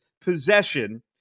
possession